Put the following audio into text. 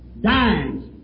dimes